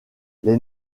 les